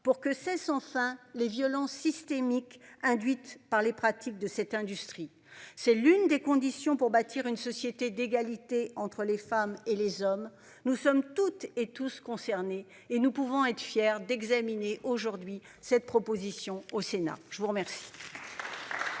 pour que ces son sein les violences systémique induite par les pratiques de cette industrie, c'est l'une des conditions pour bah. Une société d'égalité entre les femmes et les hommes. Nous sommes toutes et tous concernés et nous pouvons être fiers d'examiner aujourd'hui cette proposition au Sénat, je vous remercie.